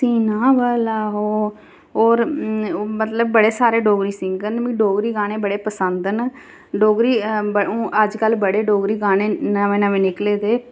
सीना भला हो और मतलब बड़े सारे डोगरी सिंगर न मिगी डोगरी गाने बड़े पसंद न डोगरी हून अजकल डोगरी गाने नमें नमें निकले दे